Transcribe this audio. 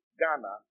Ghana